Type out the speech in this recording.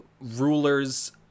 rulers